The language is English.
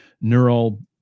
neural